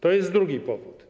To jest drugi powód.